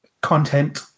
content